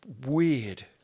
weird